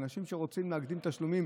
אנשים שרוצים להקדים תשלומים